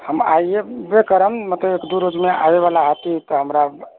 हम अएबे करब मतलब दू रोजमे आबैवला हती तऽ हमरा